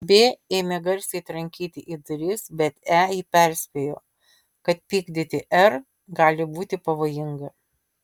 b ėmė garsiai trankyti į duris bet e jį perspėjo kad pykdyti r gali būti pavojinga